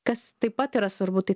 kas taip pat yra svarbu tai